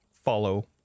Follow